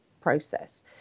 process